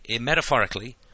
metaphorically